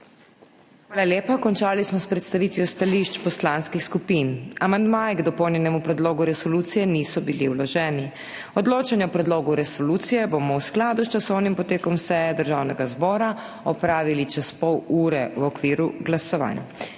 Hvala lepa. Končali smo predstavitev stališč poslanskih skupin. Amandmaji k dopolnjenemu predlogu resolucije niso bili vloženi. Odločanje o predlogu resolucije bomo v skladu s časovnim potekom seje Državnega zbora opravili čez pol ure v okviru glasovanj.